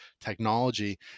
technology